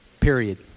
period